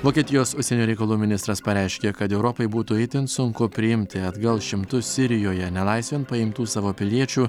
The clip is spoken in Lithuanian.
vokietijos užsienio reikalų ministras pareiškė kad europai būtų itin sunku priimti atgal šimtus sirijoje nelaisvėn paimtų savo piliečių